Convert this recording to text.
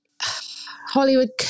Hollywood